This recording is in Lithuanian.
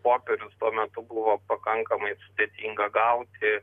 popierius tuo metu buvo pakankamai sudėtinga gauti